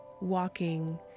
walking